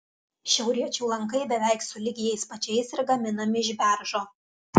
šiauriečių lankai beveik sulig jais pačiais ir gaminami iš beržo